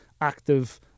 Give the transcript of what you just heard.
active